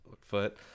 foot